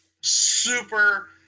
super